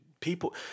People